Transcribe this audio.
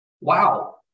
wow